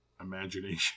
imagination